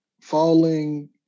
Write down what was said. falling